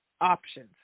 options